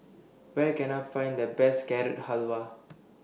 Where Can I Find The Best Carrot Halwa